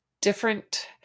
different